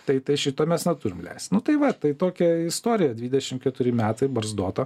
tai šito mes neturim leist nu tai va tai tokia istorija dvidešim keturi metai barzdota